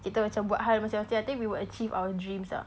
kita macam buat hal masing masing I think we will achieve our dreams ah